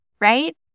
right